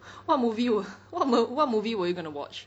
what movie were what m~ what movie were you gonna watch